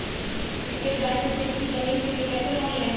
State bank से खेती की जमीन के लिए कैसे लोन ले?